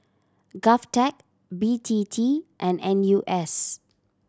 GovTech B T T and N U S